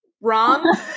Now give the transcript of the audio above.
Wrong